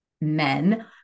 men